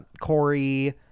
Corey